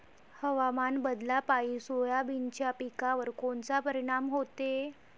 हवामान बदलापायी सोयाबीनच्या पिकावर कोनचा परिणाम होते?